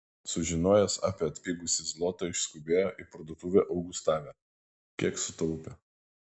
sužinojęs apie atpigusį zlotą išskubėjo į parduotuvę augustave kiek sutaupė